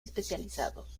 especializados